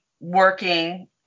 working